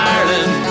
Ireland